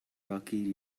rocky